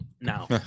Now